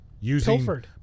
Using